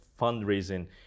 fundraising